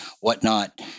whatnot